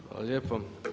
Hvala lijepo.